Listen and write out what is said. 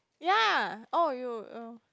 ya oh you oh